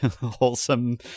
wholesome